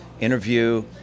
interview